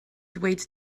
ddweud